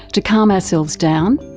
to calm ourselves down,